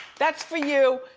that's for you.